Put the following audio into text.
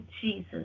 Jesus